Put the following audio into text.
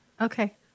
Okay